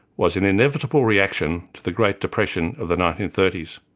was an inevitable reaction to the great depression of the nineteen thirty s.